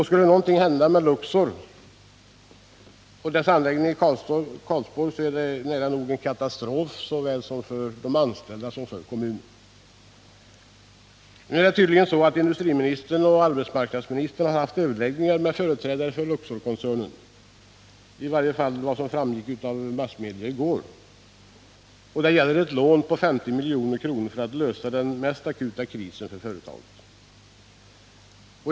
Skulle någonting hända med Luxors anläggning i Karlsborg är detta nära nog en katastrof, såväl för de anställda som för kommunen. Nu har — enligt vad som framgick av massmedia i går — industriministern och arbetsmarknadsministern haft överläggningar med företrädare för Luxorkoncernen. Det gäller ett lån på 50 milj.kr. för att man skall kunna lösa den mest akuta krisen för företaget.